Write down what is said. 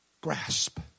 Grasp